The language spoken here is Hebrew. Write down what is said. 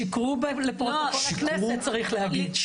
שקרו לפרוטוקול הכנסת, צריך להגיד.